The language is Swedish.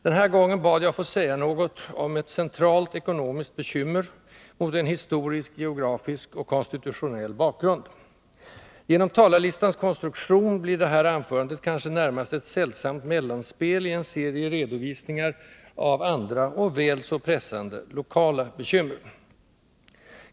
Den här gången bad jag att få säga något om ett centralt ekonomiskt bekymmer — mot en historisk, geografisk och konstitutionell bakgrund. På grund av talarlistans konstruktion blir det här anförandet kanske närmast ett sällsamt mellanspel i en serie redovisningar av andra och väl så pressande lokala bekymmer.